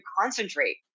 concentrate